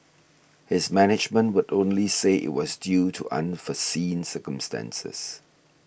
his management would only say it was due to unforeseen circumstances